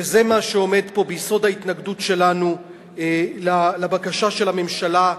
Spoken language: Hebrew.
שזה מה שעומד פה ביסוד ההתנגדות שלנו לבקשה של הממשלה.